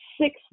six